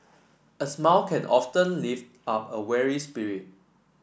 a smile can often lift up a weary spirit